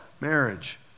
marriage